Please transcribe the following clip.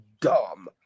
dumb